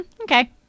okay